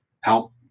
help